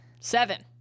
Seven